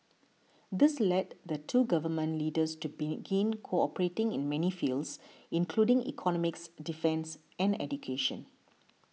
this led the two Government Leaders to begin cooperating in many fields including economics defence and education